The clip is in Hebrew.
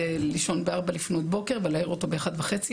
זה לישון בארבע לפנות בבוקר ולהעיר אותו באחת וחצי,